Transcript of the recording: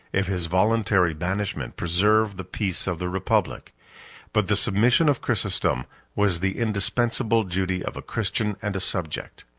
if his voluntary banishment preserved the peace of the republic but the submission of chrysostom was the indispensable duty of a christian and a subject.